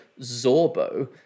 Zorbo